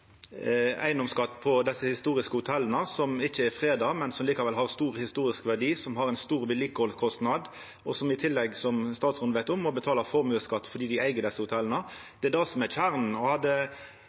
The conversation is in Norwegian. eigedomsskatt på desse historiske hotella, som ikkje er freda, men som likevel har stor historisk verdi, som har store vedlikehaldskostnader, og ein må i tillegg, som statsråden veit, betala formuesskatt fordi ein eig desse hotella.